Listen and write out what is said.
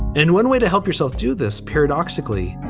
and one way to help yourself do this, paradoxically,